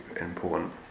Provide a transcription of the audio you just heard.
important